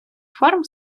форм